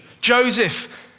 Joseph